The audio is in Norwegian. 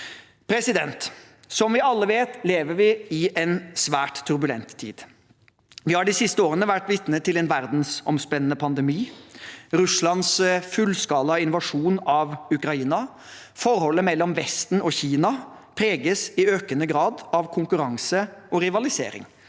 Som vi alle vet, lever vi i en svært turbulent tid. Vi har de siste årene vært vitne til en verdensomspennende pandemi, Russlands fullskala invasjon av Ukraina, at forholdet mellom Vesten og Kina i økende grad preges av konkurranse og rivalisering,